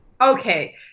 Okay